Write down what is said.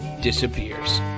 disappears